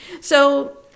So-